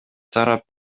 тарап